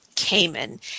Cayman